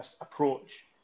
approach